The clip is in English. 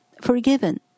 forgiven